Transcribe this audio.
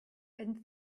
and